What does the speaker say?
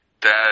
dad